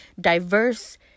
diverse